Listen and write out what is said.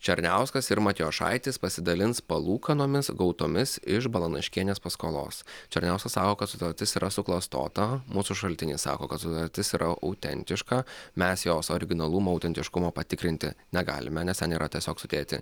černiauskas ir matjošaitis pasidalins palūkanomis gautomis iš balanaškienės paskolos černiauskas sako kad sutartis yra suklastota mūsų šaltiniai sako kad sutartis yra autentiška mes jos originalumo autentiškumo patikrinti negalime nes ten yra tiesiog sudėti